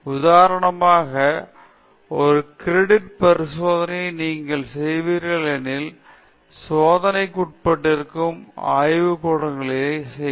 உதாரணமாக ஒரு கிரெடிட் பரிசோதனையை நீங்கள் செய்வீர்கள் எனில் சோதனைக்கு உட்பட்டிருக்கும் ஆய்வுக்கூடங்களிலேயே செய்கிறோம்